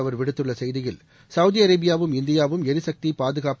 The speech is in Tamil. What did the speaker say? அவர் விடுத்துள்ள செய்தியில் சவுதி அரேபியாவும் இந்தியாவும் எரிசக்தி பாதுகாப்பு